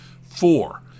Four